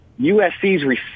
USC's